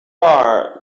are